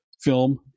Film